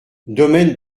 domaine